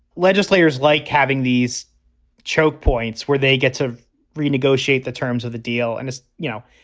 legislators like having these choke points where they get to renegotiate the terms of the deal. and it's you know,